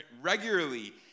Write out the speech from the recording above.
regularly